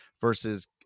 versus